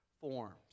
forms